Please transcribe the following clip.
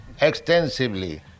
extensively